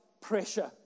pressure